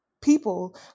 people